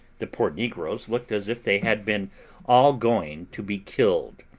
the poor negroes looked as if they had been all going to be killed,